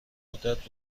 مدت